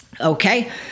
Okay